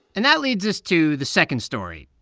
and that leads us to the second story.